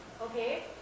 Okay